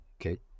okay